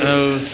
ଆଉ